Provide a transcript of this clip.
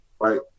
Right